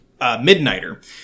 Midnighter